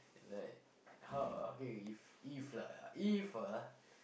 like how uh okay if if lah if ah